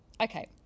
Okay